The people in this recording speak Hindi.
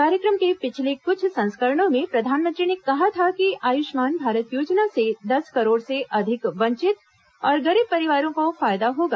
कार्यक्रम के पिछले कुछ संस्करणों में प्रधानमंत्री ने कहा था कि आयुष्मान भारत योजना से दस करोड़ से अधिक वंचित और गरीब परिवारों को फायदा होगा